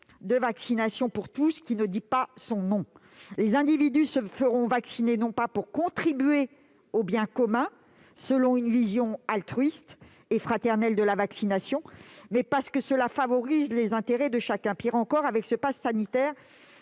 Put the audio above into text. vaccinale pour tous, qui ne dit pas son nom. Les individus se feront vacciner, non pas pour contribuer au bien commun, selon une vision altruiste et fraternelle de la vaccination, mais parce que cela favorise les intérêts de chacun. Pire encore, avec ce passe sanitaire,